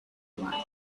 why